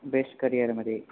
best करिअरमधे